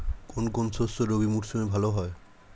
কোন কোন শস্য রবি মরশুমে ভালো হয়?